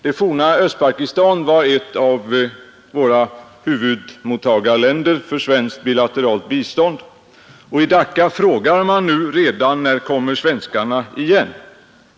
Det forna Östpakistan var ett av huvudmottagarländerna för svenskt bilateralt bistånd, och i Dacca frågar man redan när svenskarna kommer igen.